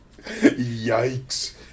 yikes